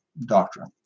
doctrine